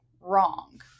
wrong